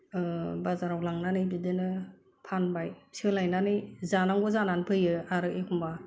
बाजाराव लांनानै बिदिनो फानबाय सोलायनानै जानांगौ जानानै फैयो आरो एखनब्ला